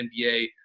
NBA